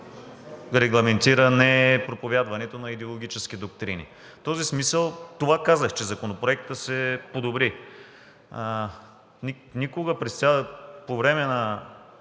регламентира непроповядването на идеологически доктрини. В този смисъл това казах, че Законопроектът се подобри. Никога по време на